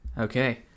okay